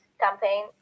campaign